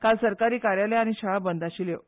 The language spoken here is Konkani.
काल सरकारी कार्यालयां आनी शाळा बंद आशिल्ल्यो